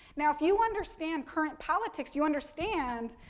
now, if you understand current politics, you understand,